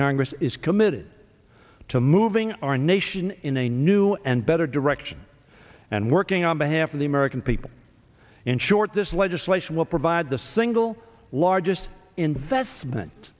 congress is committed to moving our nation in a new and better direction and working on behalf of the american people in short this legislation will provide the single largest investment